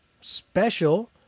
Special